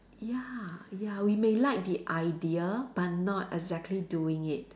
ya ya we may like the idea but not exactly doing it